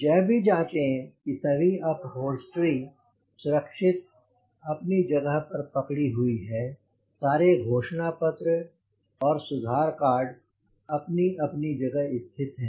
यह जांचें कि सभी अपहोल्स्ट्री सुरक्षित अपनी जगह पर जकड़ी हुई हैं सारे घोषणा पत्र और सुधार कार्ड अपनी अपनी जगह स्थित हैं